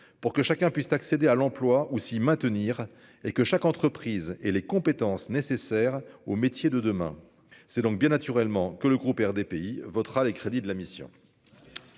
pour que chacun puisse accéder à l'emploi ou s'y maintenir, et que chaque entreprise et les compétences nécessaires aux métiers de demain c'est donc bien naturellement que le groupe RDPI votera les crédits de la mission.